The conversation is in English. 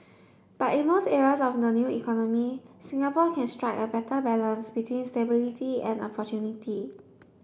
but in most areas of the new economy Singapore can strike a better balance between stability and opportunity